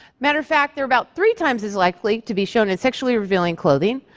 matter of fact, they're about three times as likely to be shown in sexually revealing clothing,